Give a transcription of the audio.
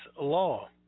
Law